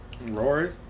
Rory